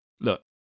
Look